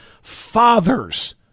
Fathers